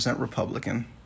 Republican